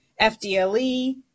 FDLE